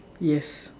yes